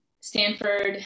Stanford